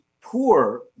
poor